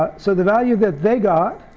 ah so the value that they got